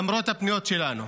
למרות הפניות שלנו